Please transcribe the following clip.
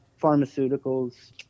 pharmaceuticals